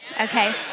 Okay